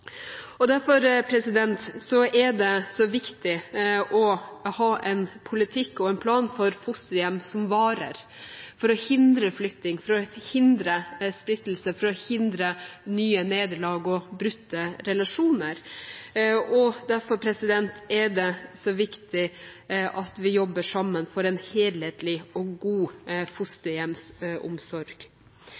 framtid. Derfor er det så viktig å ha en politikk og en plan for fosterhjem som varer, for å hindre flytting, for å hindre splittelse, for å hindre nye nederlag og brutte relasjoner. Derfor er det så viktig at vi jobber sammen for en helhetlig og god fosterhjemsomsorg.